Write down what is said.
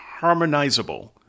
harmonizable